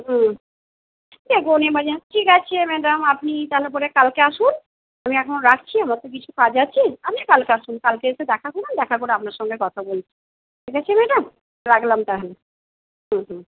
হুম ঠিক আছে ম্যাডাম আপনি তাহলে পরে কালকে আসুন আমি এখন রাখছি আমার তো কিছু কাজ আছে আপনি কালকে আসুন কালকে এসে দেখা করুন দেখা করে আপনার সঙ্গে কথা বলব ঠিক আছে ম্যাডাম রাখলাম তাহলে হুম হুম